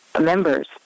members